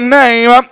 name